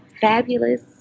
fabulous